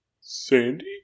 Sandy